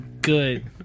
Good